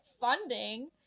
funding